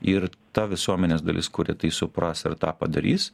ir ta visuomenės dalis kuri tai supras ir tą padarys